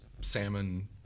salmon